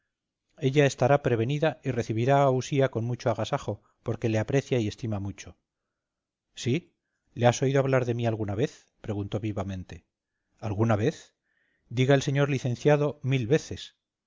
ella estará prevenida y recibirá a usía con mucho agasajo porque le aprecia y estima mucho sí le has oído hablar de mí alguna vez preguntó vivamente alguna vez diga el señor licenciado mil veces